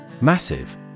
Massive